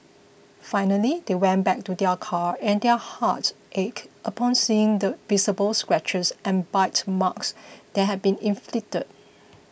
finally they went back to their car and their hearts ached upon seeing the visible scratches and bite marks that had been inflicted